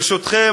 ברשותכם,